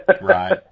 Right